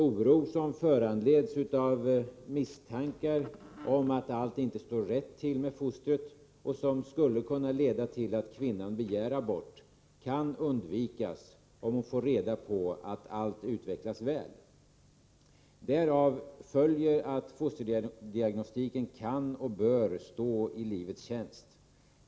Oro som föranleds av misstankar om att allt inte står rätt till med fostret och som skulle kunna leda till att kvinnan begär abort kan undvikas, om hon får reda på att allt utvecklas väl. Därav följer att fosterdiagnostiken kan och bör stå i livets tjänst.